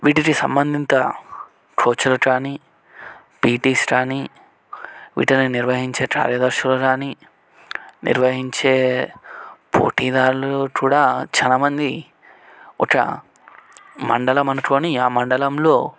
వీటికి సంబంధిత కోచ్లు కాని పీటిస్ కానీ వీటిని నిర్వహించే కార్యదర్శులు కానీ నిర్వహించే పోటీదారులు కూడా చాలా మంది ఒక మండలము అనుకొని ఆ మండలంలో